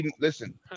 Listen